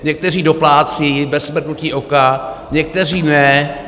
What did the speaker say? Někteří doplácejí bez mrknutí oka, někteří ne.